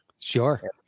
sure